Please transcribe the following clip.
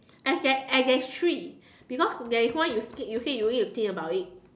eh there eh there's three because there's one where you say you need to think about it